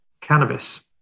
cannabis